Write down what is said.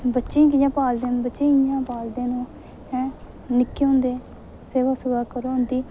बच्चें गी कि'यां पालदे न बच्चें गी कि''यां पालदे न ऐं निक्के होंदे सेवा करो उंदी